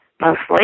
mostly